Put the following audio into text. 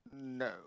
No